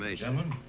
ah gentlemen.